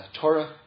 Torah